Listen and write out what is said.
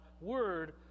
Word